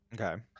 Okay